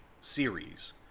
series